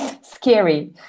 scary